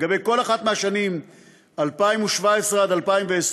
לגבי כל אחת מהשנים 2017 2020,